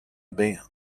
bay